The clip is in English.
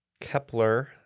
Kepler